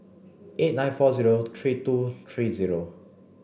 eight nine four zero three two three zero